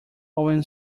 owen